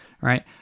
right